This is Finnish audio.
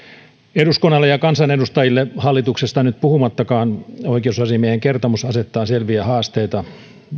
eduskunnalle ja kansanedustajille hallituksesta nyt puhumattakaan oikeusasiamiehen kertomus asettaa selviä haasteita